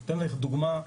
אתן דוגמה.